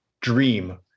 dream